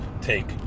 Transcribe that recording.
take